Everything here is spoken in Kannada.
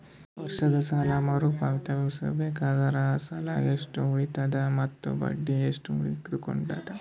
ವರ್ಷದ ಸಾಲಾ ಮರು ಪಾವತಿಸಬೇಕಾದರ ಅಸಲ ಎಷ್ಟ ಉಳದದ ಮತ್ತ ಬಡ್ಡಿ ಎಷ್ಟ ಉಳಕೊಂಡದ?